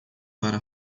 para